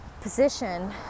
position